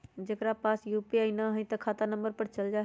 जेकरा पास यू.पी.आई न है त खाता नं पर चल जाह ई?